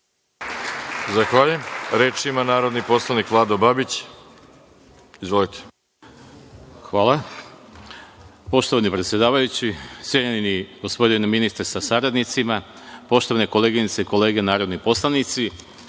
Zahvaljujem. Reč ima narodni poslanik Vlado Babić. Izvolite. **Vlado Babić** Hvala. Poštovani predsedavajući, cenjeni gospodine ministre, sa saradnicima, poštovane koleginice i kolege narodni poslanici,